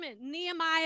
Nehemiah